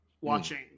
watching